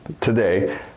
today